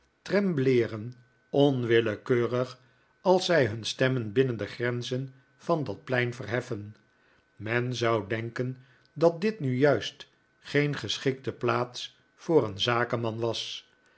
trembleeren onwillekeurig als zij hun stemmen binnen de grenzen van dat plein verheffen men zou denken dat dit nu juist geen geschikte plaats voor een zakenman was